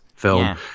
film